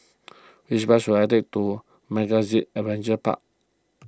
which bus should I take to MegaZip Adventure Park